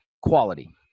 quality